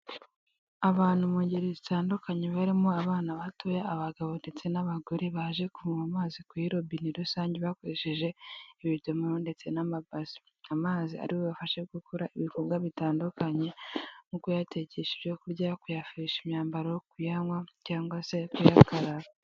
Abantu mu ngeri zitandukanye barimo abana batoya, abagabo ndetse n'abagore baje kuvoma amazi kuri robine rusange bakoresheje ibidomo ndetse n'amabase, amazi ari bubafashe gukora ibikorwa bitandukanye nko kuyatekeshya ibyo kurya, kuyafurisha imyambaro, kuyanywa cyangwa se kuyakaraba.